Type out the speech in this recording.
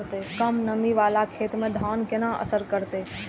कम नमी वाला खेत में धान केना असर करते?